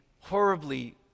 horribly